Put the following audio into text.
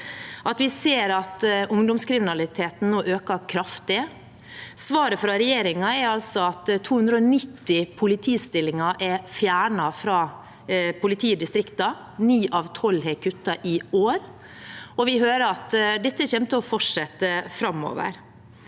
Vi ser også at ungdomskriminaliteten nå øker kraftig. Svaret fra regjeringen er at 290 politistillinger er fjernet fra politiet i distriktene. Ni av tolv politidistrikter har kuttet i år. Vi hører at dette kommer til å fortsette framover.